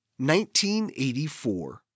1984